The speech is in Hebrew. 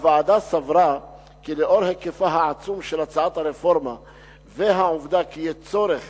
הוועדה סברה כי לאור היקפה העצום של הצעת הרפורמה והעובדה כי יהיה צורך